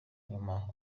nyuma